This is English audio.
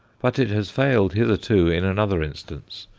but it has failed hitherto in another instance,